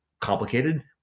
complicated